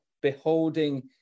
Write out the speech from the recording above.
beholding